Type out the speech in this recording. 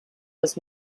was